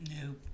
No